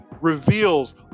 reveals